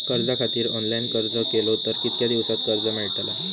कर्जा खातीत ऑनलाईन अर्ज केलो तर कितक्या दिवसात कर्ज मेलतला?